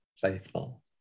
faithful